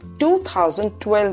2012